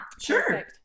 sure